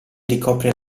ricopre